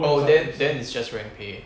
oh then then it's just rank pay